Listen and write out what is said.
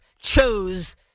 chose